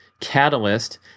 catalyst